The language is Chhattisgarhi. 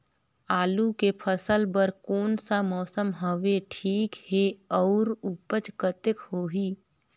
आलू के फसल बर कोन सा मौसम हवे ठीक हे अउर ऊपज कतेक होही?